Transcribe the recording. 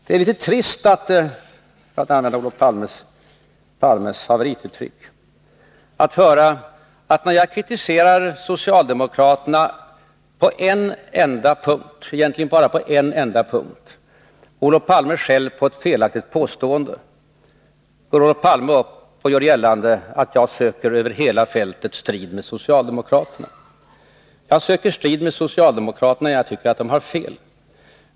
Det är litet trist, för att använda Olof Palmes eget favorituttryck, att när jag kritiserar socialdemokraterna på en enda punkt sedan få höra Olof Palme skälla på ett felaktigt påstående. Olof Palme gick ju upp här i talarstolen och gjorde gällande att jag söker strid med socialdemokraterna över hela fältet. Jag söker strid med socialdemokraterna när jag tycker att de har fel.